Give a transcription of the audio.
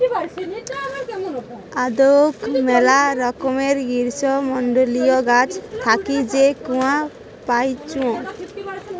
আদৌক মেলা রকমের গ্রীষ্মমন্ডলীয় গাছ থাকি যে কূয়া পাইচুঙ